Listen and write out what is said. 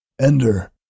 Ender